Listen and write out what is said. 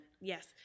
yes